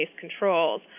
controls